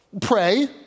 pray